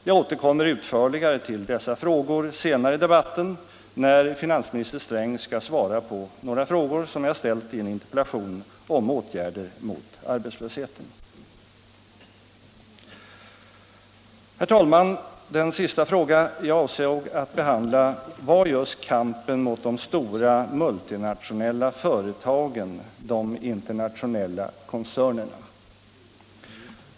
Jag återkommer utförligare till dessa frågor senare i debatten, när finansminister Sträng skall svara på några frågor jag ställt i en interpellation om åtgärder mot arbetslösheten. Herr talman! Den sista fråga jag avsåg att behandla i detta anförande var just kampen mot de stora multinationella företagen, de internationella koncernerna.